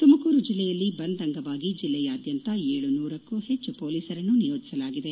ತುಮಕೂರು ಜಿಲ್ಲೆಯಲ್ಲಿ ಬಂದ್ ಅಂಗವಾಗಿ ಜಿಲ್ಲೆಯಾದ್ಯಂತ ಏಳನೂರಕ್ಕೂ ಹೆಚ್ಚು ಪೊಲೀಸರನ್ನು ನಿಯೋಜಿಸಲಾಗಿದೆ